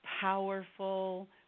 powerful